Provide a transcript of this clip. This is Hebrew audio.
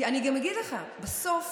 אני אגיד לך, בסוף